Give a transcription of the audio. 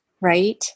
right